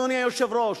אדוני היושב-ראש,